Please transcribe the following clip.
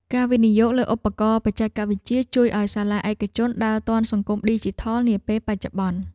ការវិនិយោគលើឧបករណ៍បច្ចេកវិទ្យាជួយឱ្យសាលាឯកជនដើរទាន់សង្គមឌីជីថលនាពេលបច្ចុប្បន្ន។